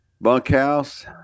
bunkhouse